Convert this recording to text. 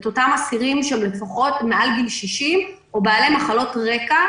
את אותם אסירים שהם לפחות מעל גיל 60 או בעלי מחלות רקע.